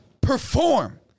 perform